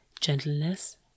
gentleness